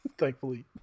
Thankfully